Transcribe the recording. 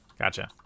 Gotcha